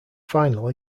final